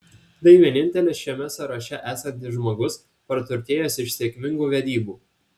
tai vienintelis šiame sąraše esantis žmogus praturtėjęs iš sėkmingų vedybų